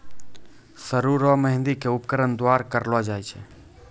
सरु रो मेंहदी के उपकरण द्वारा तैयार करलो जाय छै